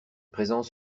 présence